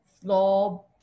floor